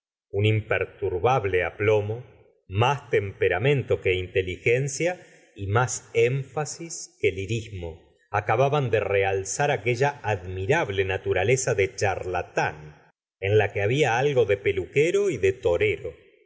un imperturbable aplomo más tem peramento que inteligencia y más énfasis que lirismo acababan de realzar aquella admirable naturaleza de charlatim en la que babia algo de peluquero y de torero